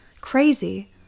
crazy